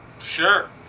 Sure